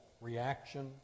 reaction